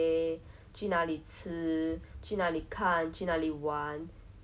to go for a solo trip in the not sure even when future